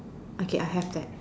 okay I have that